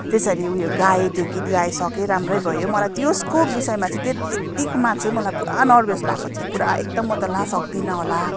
त्यसरी उयो गाएँ त्यो गीत गाइसकेँ राम्रै भयो मलाई त्यसको विषयमा चाहिँ त्यतिकोमा चाहिँ मलाई पुरा नर्भस भएको थियो मलाई पुरा एकदम म त ला सक्दिनँ होला